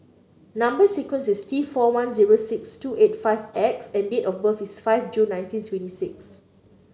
number sequence is T four one zero six two eight five X and date of birth is five June nineteen twenty six